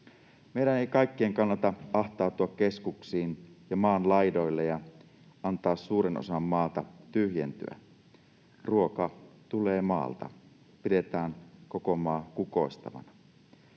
Meidän ei kaikkien kannata ahtautua keskuksiin ja maan laidoille ja antaa suuren osan maata tyhjentyä. Ruoka tulee maalta. Pidetään koko maa kukoistavana.